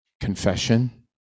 confession